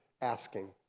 asking